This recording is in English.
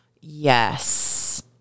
Yes